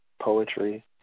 poetry